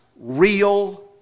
Real